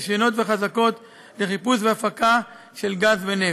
רישיונות וחזקות לחיפוש והפקה של גז ונפט.